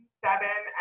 seven